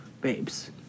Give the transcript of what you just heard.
babes